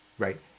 Right